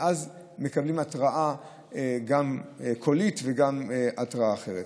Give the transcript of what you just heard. ואז מקבלים התראה קולית וגם התראה אחרת,